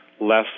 less